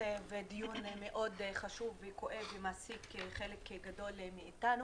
נושא ודיון מאוד חשוב וכואב ומעסיק חלק גדול מאיתנו.